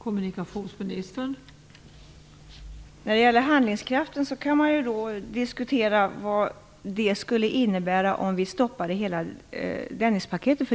Fru talman! När det gäller handlingskraften kan man diskutera vad det skulle innebära om vi stoppade hela Dennispaketet.